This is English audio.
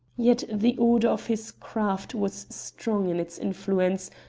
yet the order of his craft was strong in its influence,